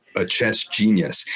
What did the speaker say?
a chess genius,